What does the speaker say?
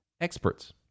experts